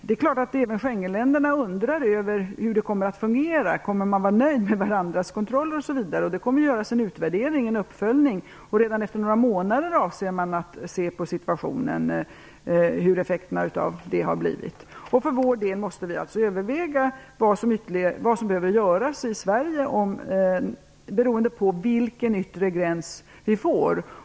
Det är klart att även Schengenländerna undrar över hur det kommer att fungera och om man t.ex. kommer att vara nöjd med varandras kontroll. Det kommer att göras en utvärdering och uppföljning. Redan efter några månader avser man att se över vilka effekter avtalet har fått. För vår del måste vi alltså överväga vad som behöver göras i Sverige, beroende på vilken yttre gräns vi får.